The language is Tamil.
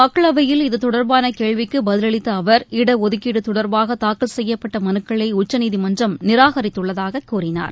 மக்களவையில் இத்தொடர்பான கேள்விக்கு பதிலளித்த அவர் இடஒதுக்கீடு தொடர்பாக தாக்கல் செய்யப்பட்ட மனுக்களை உச்சநீதிமன்றம் நிராகரித்துள்ளதாக கூறினார்